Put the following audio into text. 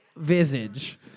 visage